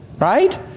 Right